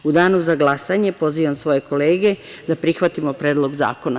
U danu za glasanje, pozivam svoje kolege da prihvatimo Predlog zakona.